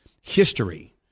history